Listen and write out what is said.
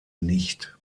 nicht